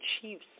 chiefs